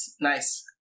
Nice